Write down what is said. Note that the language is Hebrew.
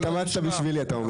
התאמצת בשבילי אתה אומר.